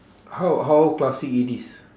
how how classic it is